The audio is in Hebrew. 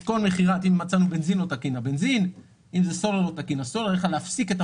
כל מכירת הבנזין או הסולר הלא תקין שמצאנו.